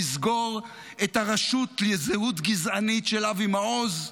נסגור את הרשות לזהות גזענית של אבי מעוז,